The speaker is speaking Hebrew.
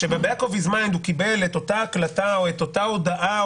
ש-back of his mind הוא קיבל את אותה הקלטה או אותה הודאה,